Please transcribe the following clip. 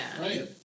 Right